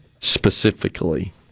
specifically